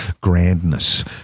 grandness